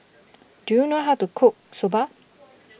do you know how to cook Soba